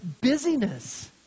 busyness